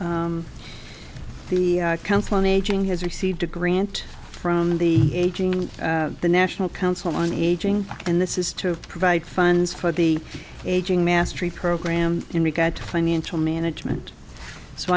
don't see the council on aging has received a grant from the aging and the national council on aging and this is to provide funds for the aging mastery program in regard to financial management so